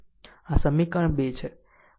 આ સમીકરણ 2 છે